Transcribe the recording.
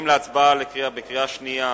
להצבעה בקריאה שנייה: